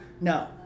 No